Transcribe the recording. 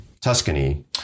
tuscany